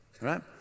Right